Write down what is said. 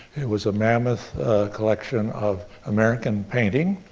it was a mammoth collection of american painting